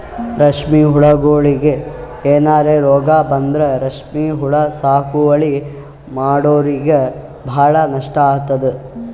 ರೇಶ್ಮಿ ಹುಳಗೋಳಿಗ್ ಏನರೆ ರೋಗ್ ಬಂದ್ರ ರೇಶ್ಮಿ ಹುಳ ಸಾಗುವಳಿ ಮಾಡೋರಿಗ ಭಾಳ್ ನಷ್ಟ್ ಆತದ್